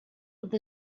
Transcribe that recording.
with